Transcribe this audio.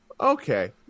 Okay